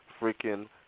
freaking